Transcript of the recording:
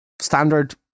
standard